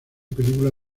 película